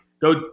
go